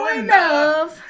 enough